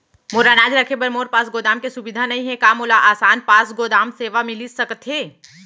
मोर अनाज रखे बर मोर पास गोदाम के सुविधा नई हे का मोला आसान पास गोदाम सेवा मिलिस सकथे?